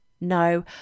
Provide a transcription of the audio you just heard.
No